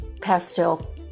pastel